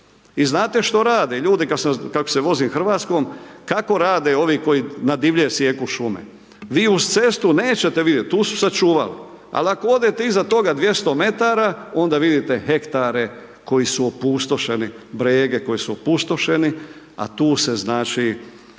i znate što rade ljudi, kako se vozim Hrvatskom, kako rade ovi koji na divlje sijeku šume. Vi uz cestu nećete vidjet, tu su sačuvali, ali ako odete iza toga 200 metara onda vidite hektare koji su opustošeni, brege koji su opustošeni, a tu se znači